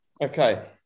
okay